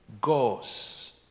goes